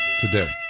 today